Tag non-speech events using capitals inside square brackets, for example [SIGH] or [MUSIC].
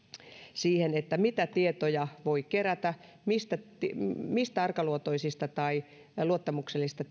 siihen mitä tietoja voi kerätä mitä arkaluontoisia tai luottamuksellisia [UNINTELLIGIBLE]